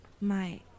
My-